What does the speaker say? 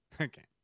Okay